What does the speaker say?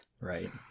Right